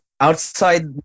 outside